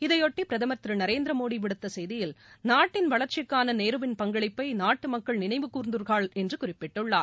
இதையொட்டி பிரதமர் திரு நரேந்திரமோடி விடுத்த செய்தியில் நாட்டின் வளர்ச்சிக்கான நேருவின் பங்களிப்பை நாட்டு மக்கள் நினைவுகூர்ந்துள்ளார்கள் என்று குறிப்பிட்டுள்ளார்